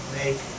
make